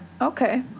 Okay